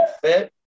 fit